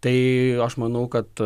tai aš manau kad